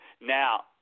Now